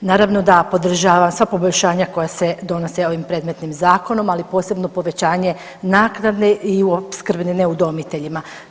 Naravno da podržavam sva poboljšanja koja se donose ovim predmetnim zakonom, ali posebno povećanje naknade i opskrbnine udomiteljima.